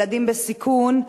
ילדים בסיכון,